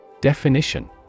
Definition